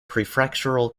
prefectural